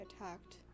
attacked